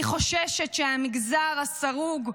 אני חוששת שהמגזר הסרוג,